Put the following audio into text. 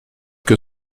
que